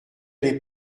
les